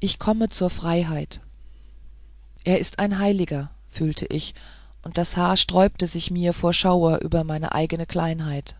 ich komme zur freiheit er ist ein heiliger fühlte ich und das haar sträubte sich mir vor schauder über meine eigene kleinheit